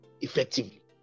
effectively